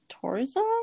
tourism